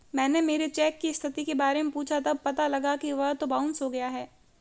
मैंने मेरे चेक की स्थिति के बारे में पूछा तब पता लगा कि वह तो बाउंस हो गया है